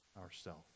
ourself